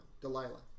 Delilah